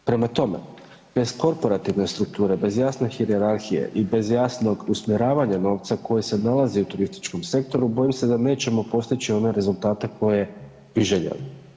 Prema tome, bez korporativne strukture, bez jasne hijerarhije i bez jasne i bez jasnog usmjeravanja novca koji se nalazi u turističkom sektoru bojim se da nećemo postići one rezultate koje bi željeli.